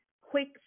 quick